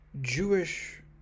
Jewish